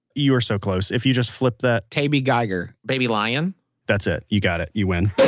you are so close. if you just flipped that taby giger baby lion that's it. you got it. you win.